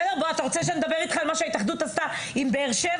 אתה רוצה שאני אדבר איתך על מה שההתאחדות עשתה עם באר-שבע?